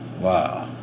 wow